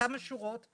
כמה שורות,